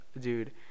dude